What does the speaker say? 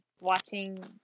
watching